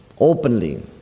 openly